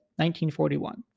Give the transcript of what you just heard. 1941